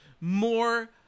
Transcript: more